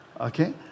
okay